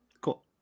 Cool